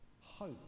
hope